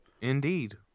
Indeed